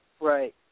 Right